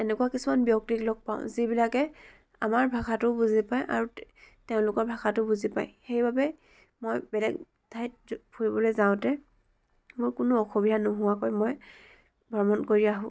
এনেকুৱা কিছুমান ব্যক্তিক লগ পাওঁ যিবিলাকে আমাৰ ভাষাটো বুজি পায় আৰু তে তেওঁলোকৰ ভাষাটো বুজি পায় সেইবাবে মই বেলেগ ঠাইত ফুৰিবলৈ যাওঁতে মোৰ কোনো অসমীয়া নোহোৱাকৈ মই ভ্ৰমণ কৰি আহোঁ